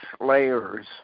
layers